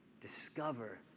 Discover